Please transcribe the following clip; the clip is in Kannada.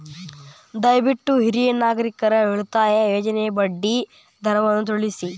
ದಯವಿಟ್ಟು ಹಿರಿಯ ನಾಗರಿಕರ ಉಳಿತಾಯ ಯೋಜನೆಯ ಬಡ್ಡಿ ದರವನ್ನು ತಿಳಿಸಿ